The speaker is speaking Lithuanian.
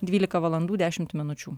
dvylika valandų dešimt minučių